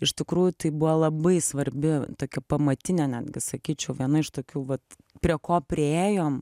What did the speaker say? iš tikrųjų tai buvo labai svarbi tokia pamatinė netgi sakyčiau viena iš tokių vat prie ko priėjom